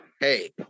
hey